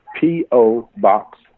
P-O-Box